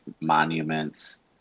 monuments